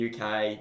UK